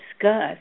discuss